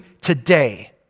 today